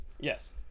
Yes